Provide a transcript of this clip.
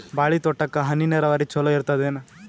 ಬಾಳಿ ತೋಟಕ್ಕ ಹನಿ ನೀರಾವರಿ ಚಲೋ ಇರತದೇನು?